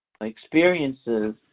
experiences